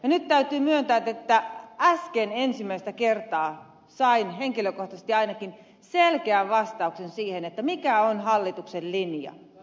nyt täytyy myöntää että äsken ensimmäistä kertaa sain henkilökohtaisesti ainakin selkeän vastauksen siihen mikä on hallituksen linja